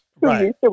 Right